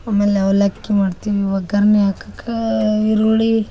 ಆಮೇಲೆ ಅವಲಕ್ಕಿ ಮಾಡ್ತೀವಿ ಒಗ್ಗರ್ಣೆ ಹಾಕಾಕಾ ಈರುಳ್ಳಿ